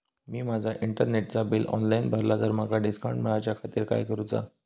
मी माजा इंटरनेटचा bill online भरला तर माका डिस्काउंट मिलाच्या खातीर काय करुचा?